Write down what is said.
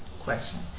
question